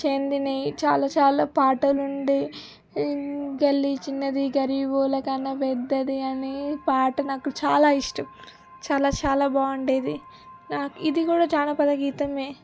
చెందినవి చాలా చాలా పాటలుండి గల్లీ చిన్నది గరీబోళ్ళ కన్నా పెద్దది అనే పాట నాకు చాలా ఇష్టం చాలా చాలా బాగుండేది ఇది కూడా జానపద గీతమే